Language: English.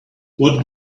what